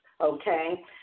Okay